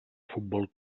futbol